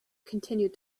continued